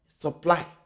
supply